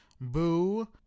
Boo